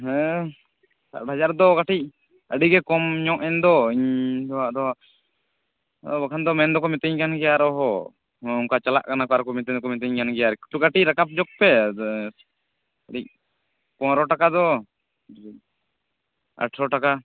ᱦᱮᱸ ᱥᱟᱛ ᱦᱟᱡᱟᱨ ᱫᱚ ᱠᱟᱹᱠᱤᱡ ᱟᱹᱰᱤ ᱜᱮ ᱠᱚᱢ ᱧᱚᱜ ᱮᱱᱫᱚ ᱤᱧᱫᱚ ᱟᱫᱚ ᱵᱟᱠᱷᱟᱱ ᱫᱚ ᱢᱮᱱ ᱫᱚᱠᱚ ᱢᱮᱛᱟᱹᱧ ᱠᱟᱱ ᱜᱮᱭᱟ ᱟᱨᱚᱦᱚᱸ ᱚᱱᱠᱟ ᱪᱟᱞᱟᱜ ᱠᱟᱱᱟ ᱠᱚ ᱟᱨᱚᱠᱚ ᱢᱮᱛᱟᱧ ᱫᱚᱠᱚ ᱢᱤᱛᱟᱹᱧ ᱠᱟᱱ ᱜᱮᱭᱟ ᱟᱨᱠᱤ ᱠᱟᱹᱴᱤᱡ ᱨᱟᱠᱟᱵ ᱧᱚᱜ ᱯᱮ ᱯᱚ ᱨᱚ ᱴᱟᱠᱟ ᱫᱚ ᱟᱴᱷᱚᱨᱚ ᱴᱟᱠᱟ